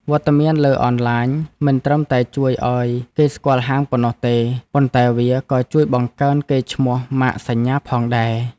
វត្តមានលើអនឡាញមិនត្រឹមតែជួយឱ្យគេស្គាល់ហាងប៉ុណ្ណោះទេ ប៉ុន្តែវាក៏ជួយបង្កើនកេរ្តិ៍ឈ្មោះម៉ាកសញ្ញាផងដែរ។